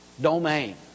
domain